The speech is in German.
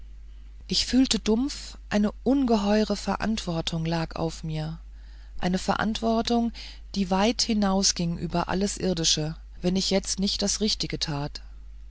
ich fühlte dumpf eine ungeheure verantwortung lag auf mir eine verantwortung die weit hinausging über alles irdische wenn ich jetzt nicht das richtige tat